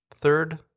Third